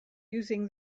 using